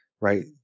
right